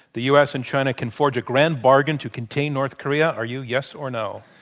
the u. s. and china can forge a grand bargain to contain north korea. are you yes, or no?